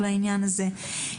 על העניין הזה.